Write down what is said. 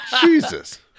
Jesus